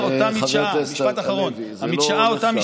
חבר הכנסת הלוי, זה לא הולך ככה.